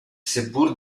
seppur